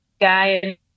guy